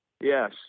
Yes